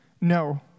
No